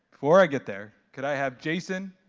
before i get there, could i have jason,